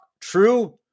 True